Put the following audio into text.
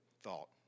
thought